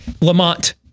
Lamont